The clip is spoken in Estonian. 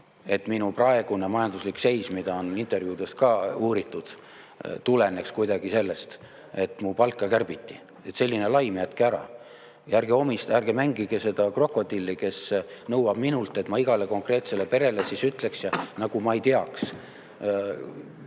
minu praegune majanduslik seis, mida on intervjuudes ka uuritud, tuleneks kuidagi sellest, et mu palka kärbiti. Selline laim jätke ära! Ja ärge mängige seda krokodilli, kes nõuab minult, et ma igale konkreetsele perele [midagi] ütleksin. Ma nagu ei teaks